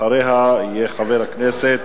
אחריה יהיה חבר הכנסת,